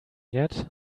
yet